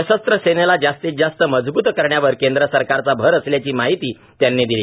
सशस्त्र सेनेला जास्तीत जास्त मजबूत करण्यावर केंद्रसरकारचा भर असल्याची माहिती त्यांनी दिली